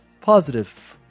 positive